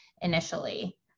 initially